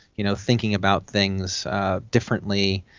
you know thinking about things differently,